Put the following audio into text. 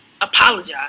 apologize